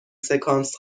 سکانس